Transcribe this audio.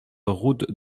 route